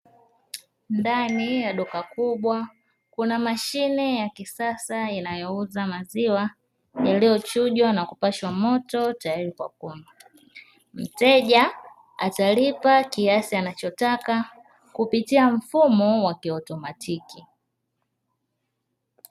Ndani ya duka kubwa kuna mashine ya kisasa inayouza maziwa yaliyochujwa na kupashwa moto tayari kwa kunywa. Mteja atalipa kiasi anachotaka kupitia mfumo wa kiautomatiki.